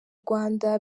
rwanda